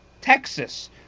Texas